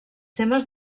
temes